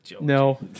No